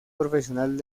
profesional